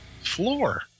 floor